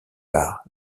par